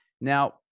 Now